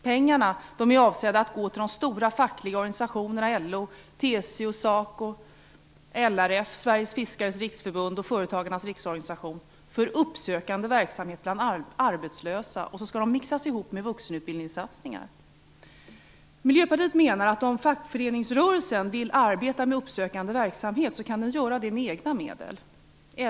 Pengarna är avsedda att gå till de stora fackliga organisationerna LO, TCO, SACO, LRF, Sveriges Fiskares Riksförbund och Företagarnas Riksorganisation för uppsökande verksamhet bland arbetslösa och skall mixas ihop med vuxenutbildningssatsningar. Miljöpartiet menar att om fackföreningsrörelsen vill arbeta med uppsökande verksamhet, kan den göra det med egna medel.